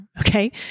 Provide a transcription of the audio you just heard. okay